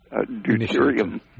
deuterium